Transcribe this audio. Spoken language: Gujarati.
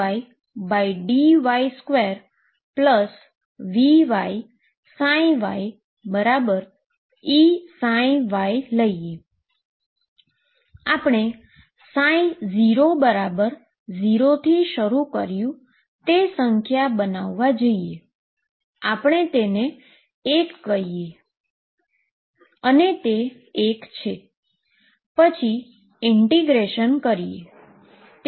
આપણે ψ 0 થી જે પ્રારંભ કર્યું તે સંખ્યા બનવા જઈએ આપણે તેને 1 કહીએ અને પછી ઈન્ટીગ્રેશન કરીએ